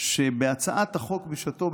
שבהצעת החוק בשעתו,